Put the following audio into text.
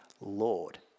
Lord